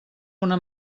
una